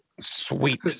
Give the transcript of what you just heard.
Sweet